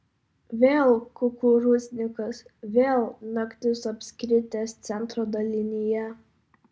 vėl kukurūznikas vėl naktis apskrities centro dalinyje